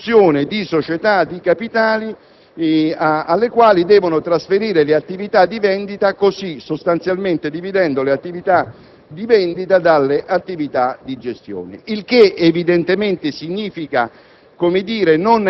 per la costituzione di società di capitali alle quali devono trasferire le attività di vendita, così dividendo le attività di vendita dalle attività di gestione: ciò significa